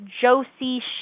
Josie